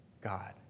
God